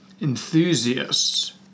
Enthusiasts